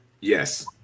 yes